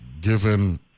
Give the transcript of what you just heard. Given